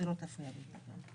שלא תפריע לי ושתיתן לי לדבר.